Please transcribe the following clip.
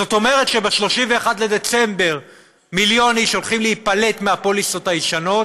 זאת אומרת שב-31 בדצמבר מיליון איש הולכים להיפלט מהפוליסות הישנות,